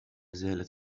زالت